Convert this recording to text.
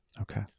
Okay